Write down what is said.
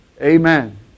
Amen